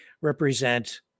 represent